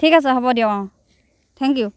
ঠিক আছে হ'ব দিয়ক অ থেংক ইউ